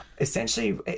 Essentially